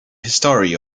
history